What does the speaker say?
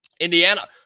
Indiana